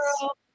Girl